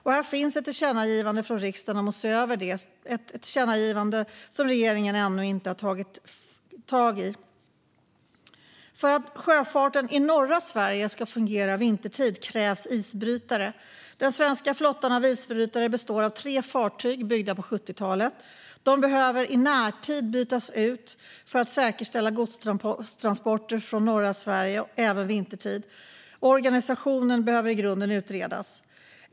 Och det finns ett tillkännagivande från riksdagen om att se över det, ett tillkännagivande som regeringen ännu inte har tagit tag i. För att sjöfarten i norra Sverige ska fungera vintertid krävs isbrytare. Den svenska flottan av isbrytare består av tre fartyg byggda på 70-talet. De behöver i närtid bytas ut för att säkerställa godstransporter från norra Sverige även vintertid, och organisationen behöver i grunden utredas.